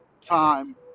time